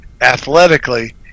athletically